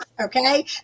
okay